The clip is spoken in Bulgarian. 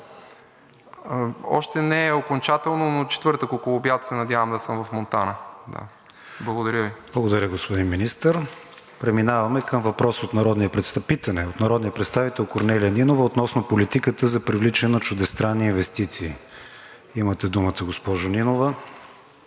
Още не е окончателно, но в четвъртък около обяд се надявам да съм в Монтана. Благодаря Ви. ПРЕДСЕДАТЕЛ КРИСТИАН ВИГЕНИН: Благодаря Ви, господин Министър. Преминаваме към въпрос от народния представител Корнелия Нинова относно политиката за привличане на чуждестранни инвестиции. Имате думата, госпожо Нинова.